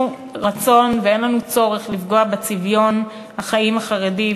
רצון ואין לנו צורך לפגוע בצביון החיים החרדי,